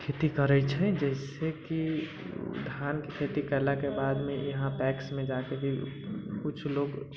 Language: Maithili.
खेती करै छै जैसेकि धान के खेती केला के बाद मे यहाँ पैक्स मे जाके भी कुछ लोग